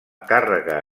càrrega